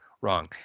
Wrong